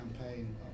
campaign